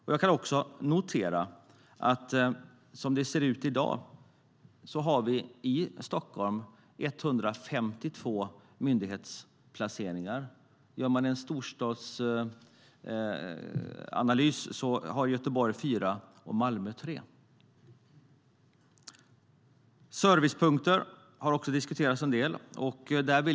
Vi har i dag 152 myndigheter placerade i Stockholm. Gör vi en storstadsanalys ser vi att Göteborg har fyra och Malmö tre. Servicepunkter har också diskuterats en del.